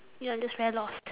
ya just very lost